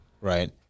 Right